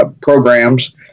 programs